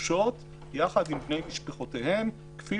לחופשות יחד עם בני משפחותיהם, כפי